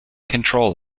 control